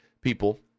people